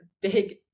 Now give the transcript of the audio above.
big